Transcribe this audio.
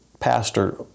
pastor